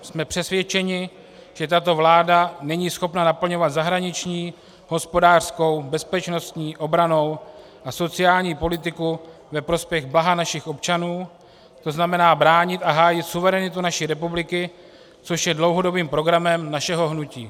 Jsme přesvědčeni, že tato vláda není schopna naplňovat zahraniční, hospodářskou, bezpečnostní, obrannou a sociální politiku ve prospěch blaha našich občanů, to znamená bránit a hájit suverenitu naší republiky, což je dlouhodobým programem našeho hnutí.